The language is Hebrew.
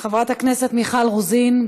חברת הכנסת מיכל רוזין,